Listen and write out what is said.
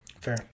Fair